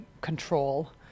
control